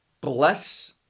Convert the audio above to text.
Bless